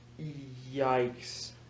Yikes